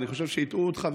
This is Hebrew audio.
אני חושב שהטעו אותך,